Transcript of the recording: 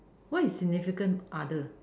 what is significant other